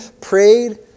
prayed